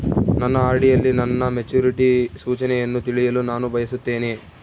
ನನ್ನ ಆರ್.ಡಿ ಯಲ್ಲಿ ನನ್ನ ಮೆಚುರಿಟಿ ಸೂಚನೆಯನ್ನು ತಿಳಿಯಲು ನಾನು ಬಯಸುತ್ತೇನೆ